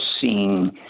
seeing